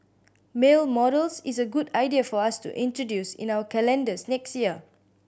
male models is a good idea for us to introduce in our calendars next year